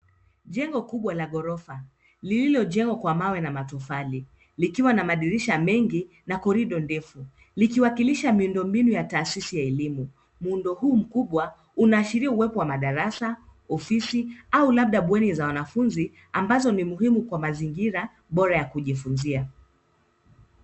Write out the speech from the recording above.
Jnego kubwa la ghorofa lililojengwa kwa mawe na matofali likiwa na madirisha mengi na korido ndefu. Likiwakilisha miundombinu ya tasisi ya elimu. Muundo huu mkubwa unaashiria uwepo wa madarasa, ofisi au labda bweni za wanafunzi ambazo ni muhimu kwa mazingira bora ya kujifunzia.